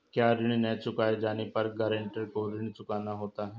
क्या ऋण न चुकाए जाने पर गरेंटर को ऋण चुकाना होता है?